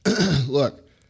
look